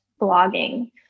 blogging